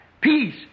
peace